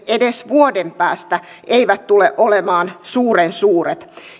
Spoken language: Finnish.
edes vuoden päästä eivät tule olemaan suuren suuret